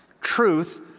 truth